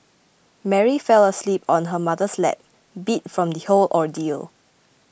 Mary fell asleep on her mother's lap beat from the whole ordeal